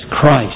Christ